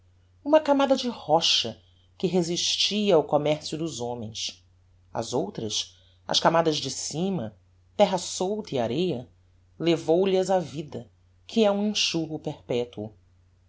uma camada de rocha que resistia ao commercio dos homens as outras as camadas de cima terra solta e arêa levou lhas a vida que é um enxurro perpetuo